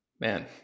man